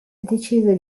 decise